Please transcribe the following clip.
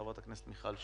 חברת הכנסת מיכל שיר,